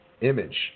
image